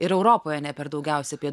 ir europoje ne per daugiausiai apie